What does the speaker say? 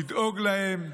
לדאוג להם,